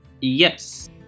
Yes